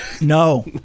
No